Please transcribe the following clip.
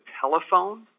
telephone